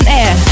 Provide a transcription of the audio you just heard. air